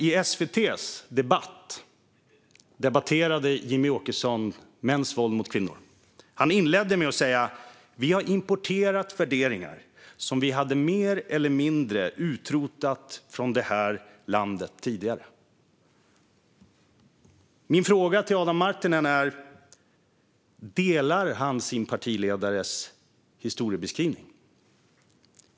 I SVT:s Debatt debatterade Jimmie Åkesson mäns våld mot kvinnor. Han inledde med att säga att vi har importerat värderingar som vi tidigare mer eller mindre hade utrotat från det här landet. Min fråga till Adam Marttinen är om han håller med om sin partiledares historiebeskrivning.